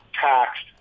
taxed